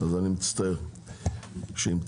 אז אני מצטער שהמתנתם.